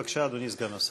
בבקשה, אדוני סגן השר.